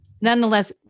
Nonetheless